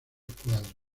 cuadras